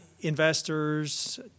investors